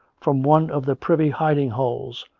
from one of the privy hiding-holes,